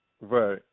Right